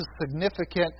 significant